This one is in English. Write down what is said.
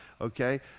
okay